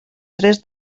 tres